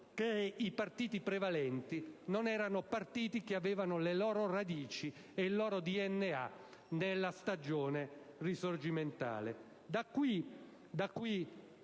che i partiti prevalenti non avevano più le loro radici e il loro DNA nella stagione risorgimentale.